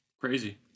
crazy